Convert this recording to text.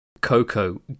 Coco